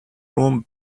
room